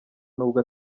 nubwo